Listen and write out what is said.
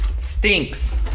stinks